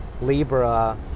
Libra